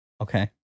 Okay